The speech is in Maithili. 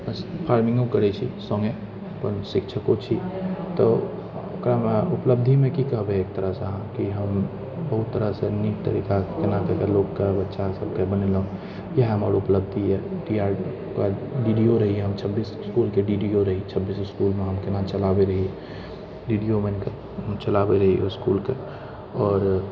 फार्मिङ्गो करै छी सङ्गे अपन शिक्षको छी तऽ ओकरामे उपलब्धिमे कि कहबै एक तरहसँ अहाँ कि हम बहुत तरहसँ नीक तरिकासँ केना कऽ कऽ लोकके बच्चा सभके बनेलहुॅं इएह हमर उपलब्धि अछि ओकर बाद डी डी ओ रहि हम छब्बीस इसकुलके डी डी ओ रही छब्बीस इसकुलमे हम केना चलाबै रही डी डी ओ बनिके चलाबै रही इसकुलके आओर